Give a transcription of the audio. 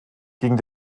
ging